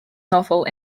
novel